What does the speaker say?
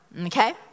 Okay